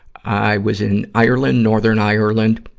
i was in ireland, northern ireland